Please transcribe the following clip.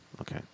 okay